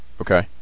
okay